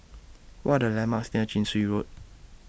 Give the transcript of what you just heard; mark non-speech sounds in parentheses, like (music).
What Are The landmarks near Chin Swee Road (noise)